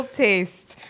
taste